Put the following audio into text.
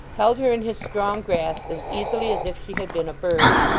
held her in his strong grasp as easily as if she had been a bird.